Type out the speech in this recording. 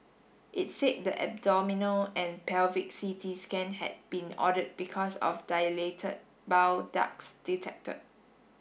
it said the abdominal and pelvic C T scan had been ordered because of dilated bile ducts detected